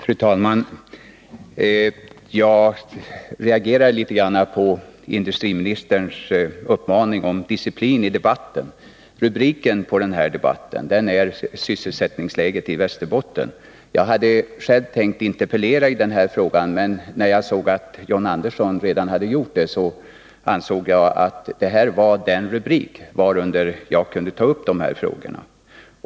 Fru talman! Jag reagerade litet grand på industriministerns uppmaning om disciplin i debatten. Rubriken på den här debatten är Sysselsättningen i Västerbottens län. Jag hade själv tänkt interpellera därom, men när jag såg att John Andersson redan hade gjort det ansåg jag att detta var den rubrik varunder jag kunde ta upp de här frågorna.